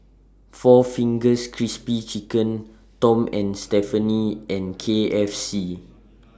four Fingers Crispy Chicken Tom and Stephanie and K F C